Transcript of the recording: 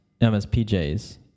MSPJs